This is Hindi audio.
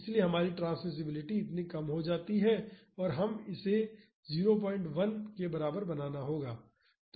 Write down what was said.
इसलिए हमारी ट्रांसमिसिबिलिटी इतनी कम हो जाती है और हमें इसे 01 के बराबर बनाना होगा